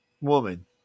Woman